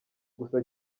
gusa